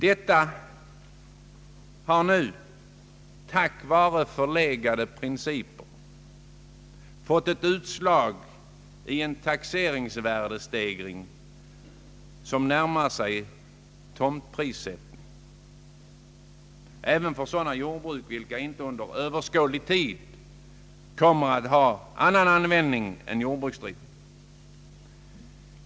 Detta har till följd av förlegade principer givit utslag i en taxeringsvärdestegring som närmar sig tomtprissättning även för sådana jordbruk vilka under överskådlig tid inte kommer att användas för annat än jordbruksdrift.